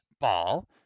Ball